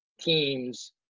teams